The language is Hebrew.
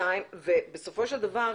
בסופו של דבר,